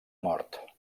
mort